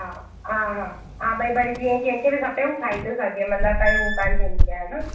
हा हा हा भाई भाई जीअं कंहिंखे बि खपे हूं खाई थो सघे मतिलबु कोई हो कान थींदी आहे न